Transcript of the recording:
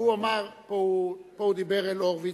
פה הוא דיבר אל הורוביץ.